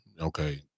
Okay